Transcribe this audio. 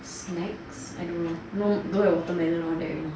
snacks I don't know don't have watermelon all that already